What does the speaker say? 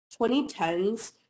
2010s